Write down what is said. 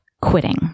Quitting